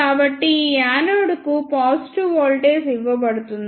కాబట్టి ఈ యానోడ్కు పాజిటివ్ వోల్టేజ్ ఇవ్వబడుతుంది